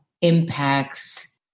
impacts